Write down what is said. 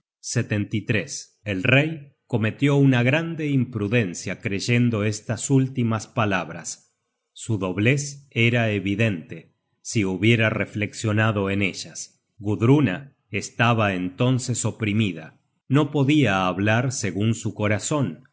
ya atle solo el rey cometió una grande imprudencia creyendo estas últimas palabras su doblez era evidente si hubiera reflexionado en ellas gudruna estaba entonces oprimida no podia hablar segun su corazon